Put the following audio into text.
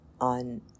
on